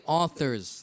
authors